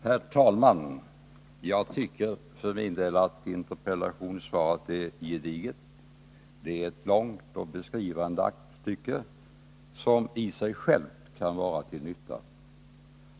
Herr talman! Jag tycker för min del att interpellationssvaret är gediget. Det är ett långt och beskrivande aktstycke, som i sig självt kan vara till nytta.